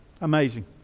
Amazing